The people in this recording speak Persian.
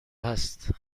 هست